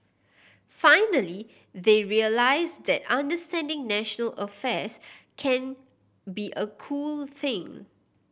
finally they realise that understanding national affairs can be a cool thing